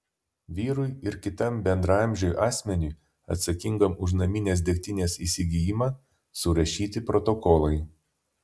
vyrui ir kitam bendraamžiui asmeniui atsakingam už naminės degtinės įsigijimą surašyti protokolai